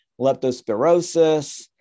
leptospirosis